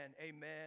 Amen